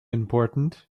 important